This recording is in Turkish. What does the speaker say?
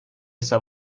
yasa